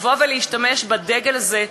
להשתמש בדגל הזה,